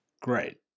Great